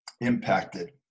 impacted